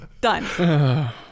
done